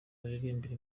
baririmbira